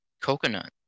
coconut